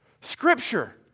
Scripture